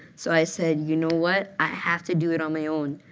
so i said, you know what? i have to do it on my own.